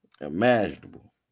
imaginable